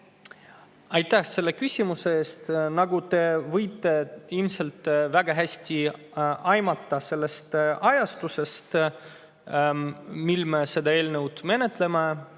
Aitäh selle küsimuse eest! Te võite ilmselt väga hästi aimata selle ajastuse järgi, mil me seda eelnõu menetleme,